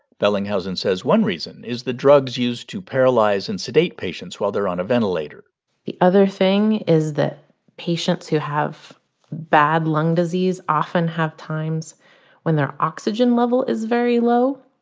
bellinghausen says one reason is the drugs used to paralyze and sedate patients while they're on a ventilator the other thing is that patients who have bad lung disease often have times when their oxygen level is very low,